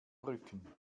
rücken